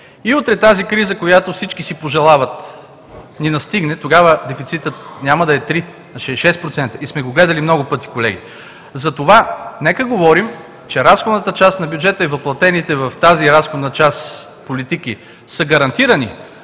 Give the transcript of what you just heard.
и утре тази криза, която всички си пожелават, ни настигне, тогава дефицитът няма да е три, а ще е шест процента и сме го гледали много пъти, колеги. Затова нека говорим, че разходната част на бюджета и въплътените в тази разходна част политики са гарантирани,